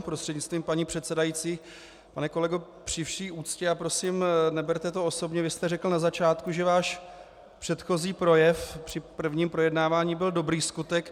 Prostřednictvím paní předsedající pane kolego, při vší úctě, a prosím, neberte to osobně, vy jste řekl na začátku, že váš předchozí projev, při prvním projednávání, byl dobrý skutek.